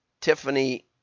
Tiffany